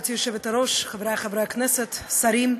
גברתי היושבת-ראש, חברי חברי הכנסת, שרים,